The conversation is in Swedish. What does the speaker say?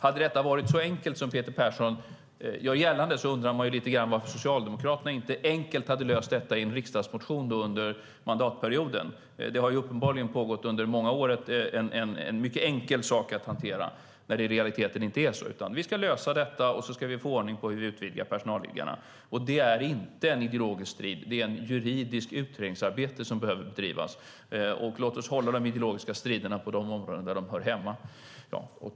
Hade detta varit så enkelt som Peter Persson gör gällande undrar man lite grann varför Socialdemokraterna inte enkelt hade löst det genom en riksdagsmotion under mandatperioden. Detta har uppenbart pågått under många år och sägs vara en mycket enkel sak att hantera, när det i realiteten inte är så. Vi ska lösa detta och få ordning på hur vi utvidgar personalliggarna. Det är inte en ideologisk strid. Det är ett juridiskt utredningsarbete som behöver bedrivas. Låt oss hålla de ideologiska striderna på de områden där de hör hemma.